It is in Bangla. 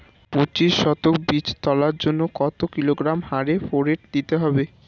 পঁচিশ শতক বীজ তলার জন্য কত কিলোগ্রাম হারে ফোরেট দিতে হবে?